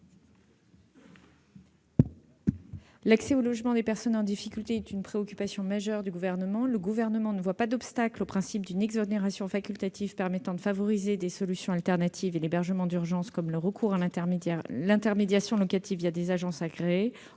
L'accès au logement des personnes en difficulté est une préoccupation majeure du Gouvernement, qui ne voit pas d'obstacle au principe d'une exonération facultative permettant de favoriser des solutions alternatives à l'hébergement d'urgence, comme le recours à l'intermédiation locative des agences agréées.